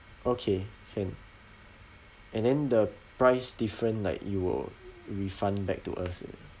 okay can and then the price different like you will refund back to us ah